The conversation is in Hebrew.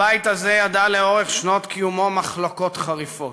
הבית הזה ידע לאורך שנות קיומו מחלוקות חריפות,